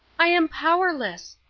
i am powerless.